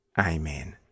Amen